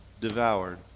devoured